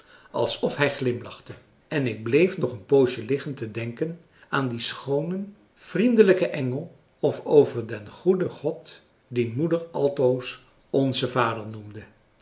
alsof hij glimlachte en ik bleef nog een poosje liggen te denken aan françois haverschmidt familie en kennissen dien schoonen vriendelijken engel of over den goeden god dien moeder altoos onze vader noemde